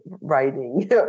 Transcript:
writing